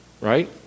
Right